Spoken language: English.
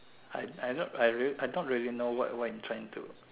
I I not I real I not really know what you trying to